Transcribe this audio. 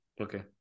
Okay